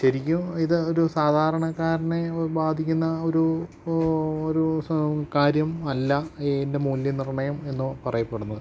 ശരിക്കും ഇത് ഒരു സാധാരണക്കാരനെ ബാധിക്കുന്ന ഒരു ഒരു കാര്യം അല്ല ഇതിന്റെ മൂല്യ നിർണയം എന്നു പറയപ്പെടുന്നത്